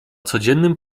codziennym